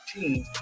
team